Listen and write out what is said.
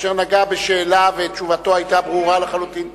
אשר נגע בשאלה ותשובתו היתה ברורה לחלוטין.